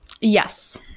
Yes